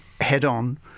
head-on